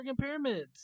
pyramids